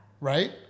Right